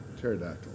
Pterodactyl